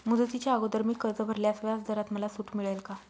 मुदतीच्या अगोदर मी कर्ज भरल्यास व्याजदरात मला सूट मिळेल का?